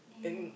and